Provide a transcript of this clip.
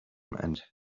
and